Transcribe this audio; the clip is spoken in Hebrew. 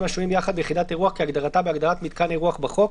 השוהים יחד ביחידת אירוח כהגדרתה בהגדרת מתקן אירוח בחוק.